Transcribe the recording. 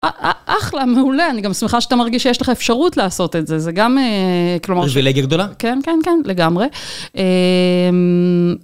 אחלה, מעולה, אני גם שמחה שאתה מרגיש שיש לך אפשרות לעשות את זה, זה גם כלומר... פריבילגיה גדולה. כן, כן, כן, לגמרי.